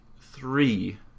three